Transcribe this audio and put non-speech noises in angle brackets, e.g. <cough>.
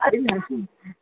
<unintelligible>